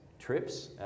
trips